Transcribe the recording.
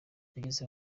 yageze